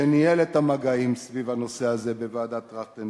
שניהל את המגעים סביב הנושא הזה בוועדת-טרכטנברג